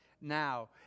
Now